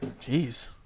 Jeez